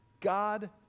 God